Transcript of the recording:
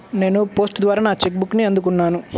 నేను పోస్ట్ ద్వారా నా చెక్ బుక్ని అందుకున్నాను